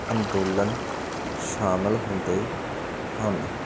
ਅੰਦੋਲਨ ਸ਼ਾਮਿਲ ਹੁੰਦੇ ਹਨ